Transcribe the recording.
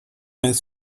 jest